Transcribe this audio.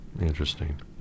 Interesting